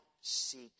seek